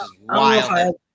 wild